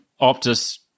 Optus